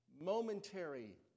momentary